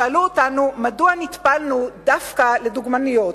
שאלו מדוע נטפלנו דווקא לדוגמניות.